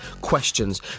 questions